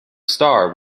star